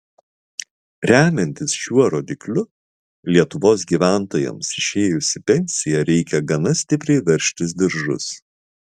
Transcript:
remiantis šiuo rodikliu lietuvos gyventojams išėjus į pensiją reikia gana stipriai veržtis diržus